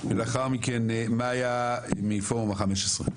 ולאחר מכן מאיה מפורום ה-15.